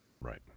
Right